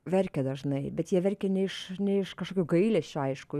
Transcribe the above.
verkia dažnai bet jie verkia ne iš ne iš kažkokių gailesčio aišku